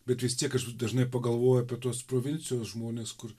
bet vis tiek aš dažnai pagalvoju apie tuos provincijos žmones kur